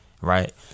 Right